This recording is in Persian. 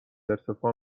ارتفاع